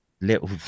little